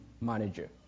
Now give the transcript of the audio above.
manager